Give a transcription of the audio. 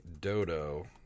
dodo